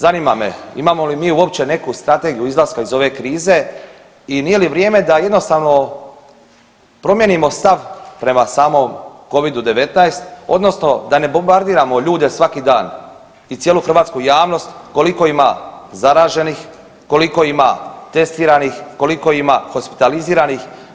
Zanima me imamo li mi uopće neku strategiju izlaska iz ove krize i nije li vrijeme da jednostavno promijenimo stav prema samom Covidu-19 odnosno da ne bombardiramo ljude svaki dan i cijelu hrvatsku javnost koliko ima zaraženih, koliko ima testiranih, koliko ima hospitaliziranih.